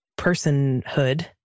personhood